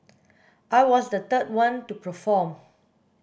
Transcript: I was the third one to perform